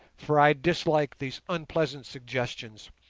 for i dislike these unpleasant suggestions.